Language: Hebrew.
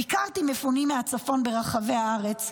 ביקרתי מפונים מהצפון ברחבי הארץ.